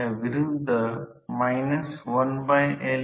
प्रेरण मोटर ची सामान्य पूर्ण लोड स्लिप 2 ते 8 च्या ऑर्डर ची असते